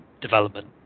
development